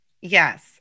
Yes